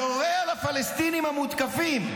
יורה על הפלסטינים המותקפים,